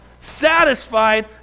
satisfied